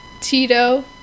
Tito